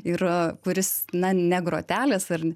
ir kuris na ne grotelės ar